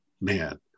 Man